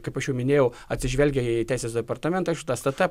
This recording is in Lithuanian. kaip aš jau minėjau atsižvelgę į teisės departamentą iš stt